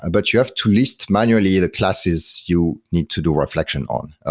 but you have to list manually the classes you need to do reflection on.